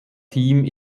team